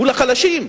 מול החלשים.